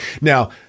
Now